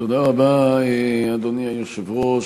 תודה רבה, אדוני היושב-ראש.